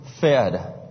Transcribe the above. fed